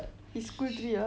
he school three ah